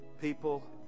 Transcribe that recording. people